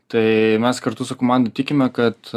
tai mes kartu su komanda tikime kad